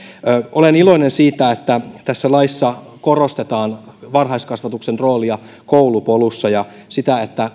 olen iloinen siitä että tässä laissa korostetaan varhaiskasvatuksen roolia koulupolussa ja sitä että